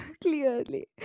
clearly